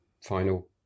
final